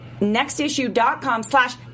nextissue.com/slash